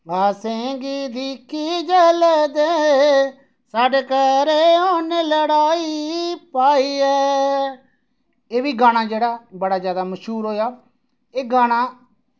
असेंगी दिक्खी जल्दे साढ़े घरे उ'नै लड़ाई पाई ऐ एह् बी गाना जेह्ड़ा बड़ा ज्यादा मश्हूर होआ एह् गाना